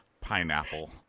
Pineapple